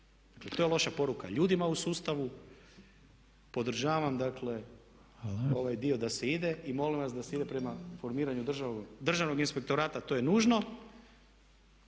to je loša poruka ljudima u sustavu. Podržavam dakle ovaj dio da se ide i molim vas da se ide prema formiranju državnog inspektorata, to je nužno.